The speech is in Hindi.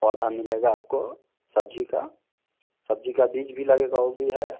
पौधा मिलेगा आपको सब्जी का सब्जी का बीज भी लगेगा वो भी है